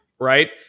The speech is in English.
right